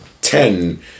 ten